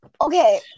Okay